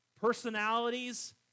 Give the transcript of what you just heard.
Personalities